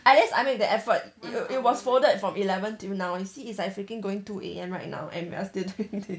at least I made the effort it was it was folded from eleven till now you see like it's freaking going two A_M right now and we are still doing this